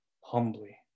humbly